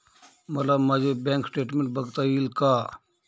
मला माझे bank statement बघता येईल का?